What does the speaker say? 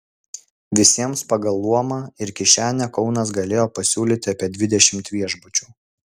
visiems pagal luomą ir kišenę kaunas galėjo pasiūlyti apie dvidešimt viešbučių